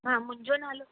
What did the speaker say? हा मुंहिंजो नालो